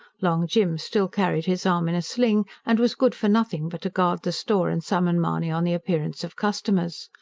long jim still carried his arm in a sling, and was good for nothing but to guard the store and summon mahony on the appearance of customers.